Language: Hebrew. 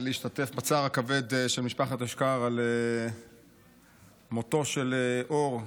להשתתף בצער הכבד של משפחת אשכר על מותו של אור,